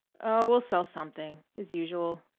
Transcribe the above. oh, we'll sell something as usual.